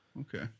Okay